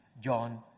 John